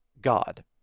God